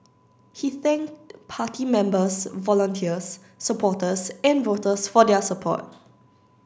he thanked party members volunteers supporters and voters for their support